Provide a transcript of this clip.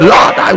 Lord